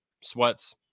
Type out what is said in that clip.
sweats